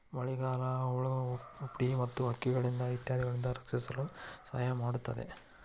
ಮಳಿಗಾಳಿ, ಹುಳಾಹುಪ್ಡಿ ಮತ್ತ ಹಕ್ಕಿಗಳಿಂದ ಇತ್ಯಾದಿಗಳಿಂದ ರಕ್ಷಿಸಲು ಸಹಾಯ ಮಾಡುತ್ತದೆ